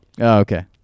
okay